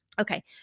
Okay